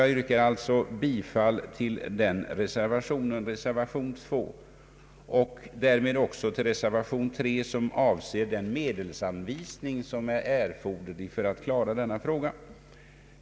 Jag yrkar alltså bifall till reservation 2 och därmed också till reservation 3, som avser den medelsanvisning som är erforderlig vid bifall till vårt förslag.